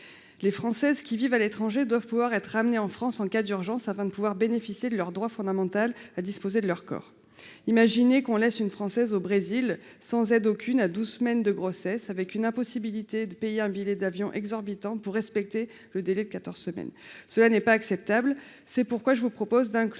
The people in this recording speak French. Les Françaises qui vivent à l'étranger doivent pouvoir être rapatriées en France en cas d'urgence afin de pouvoir bénéficier de leur droit fondamental à disposer de leur corps. Imaginez qu'on laisse une Française au Brésil à douze semaines de grossesse sans aucune aide et dans l'impossibilité de payer un billet d'avion à un prix exorbitant pour respecter le délai de quatorze semaines. Cela n'est pas acceptable. C'est pourquoi je vous propose de